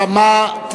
שאמה,